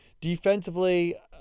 Defensively